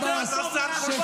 אתה שר כושל ואתה שקרן.